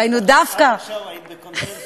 ראינו דווקא, עד עכשיו היית בקונסנזוס.